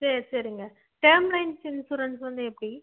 சரி சரிங்க term life insurance வந்து எப்படி